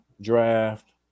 draft